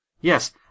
Yes